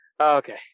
Okay